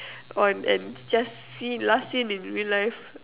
on an just seen last seen in real life